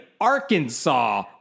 Arkansas